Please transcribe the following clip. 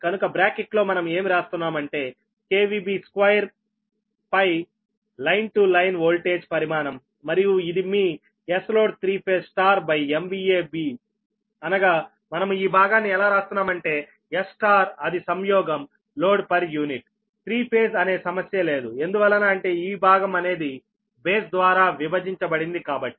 కనుక బ్రాకెట్లో మనం ఏమి రాస్తున్నాము అంటే 2 పై లైన్ టు లైన్ ఓల్టేజ్ పరిమాణం మరియు ఇది మీ Sload3∅ Bఅనగా మనము ఈ భాగాన్ని ఎలా రాస్తున్నాము అంటే S అది సంయోగం load per unit three phase అనే సమస్య లేదు ఎందువలన అంటే ఈ భాగం అనేది బేస్ ద్వారా విభజించబడింది కాబట్టి